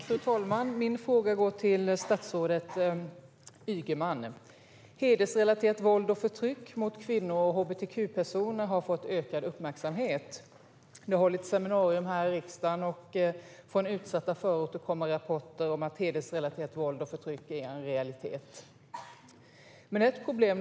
Fru talman! Min fråga går till statsrådet Ygeman. Hedersrelaterat våld och förtryck mot kvinnor och hbtq-personer har fått ökad uppmärksamhet. Det har hållits seminarium här i riksdagen, och från utsatta förorter kommer rapporter om att hedersrelaterat våld och förtryck är en realitet. Men det finns ett problem.